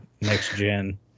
next-gen